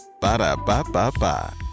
Ba-da-ba-ba-ba